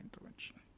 intervention